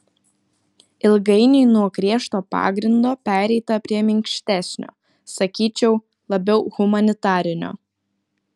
ilgainiui nuo griežto pagrindo pereita prie minkštesnio sakyčiau labiau humanitarinio